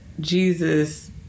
Jesus